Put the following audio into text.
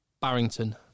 Barrington